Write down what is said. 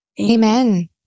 Amen